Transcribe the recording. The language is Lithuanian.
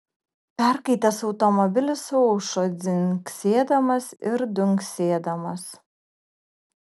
perkaitęs automobilis aušo dzingsėdamas ir dunksėdamas